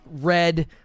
Red